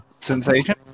Sensation